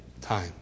time